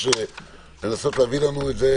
מבקש לנסות להביא לנו את זה,